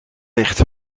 licht